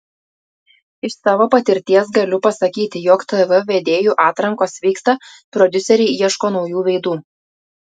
iš savo patirties galiu pasakyti jog tv vedėjų atrankos vyksta prodiuseriai ieško naujų veidų